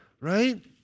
right